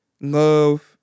love